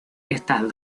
estas